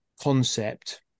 concept